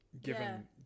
Given